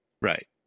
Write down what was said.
Right